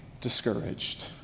discouraged